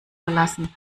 verlassen